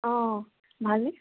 অ' ভালনে